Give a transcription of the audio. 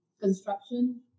construction